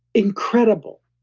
incredible,